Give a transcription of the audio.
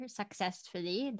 successfully